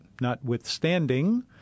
notwithstanding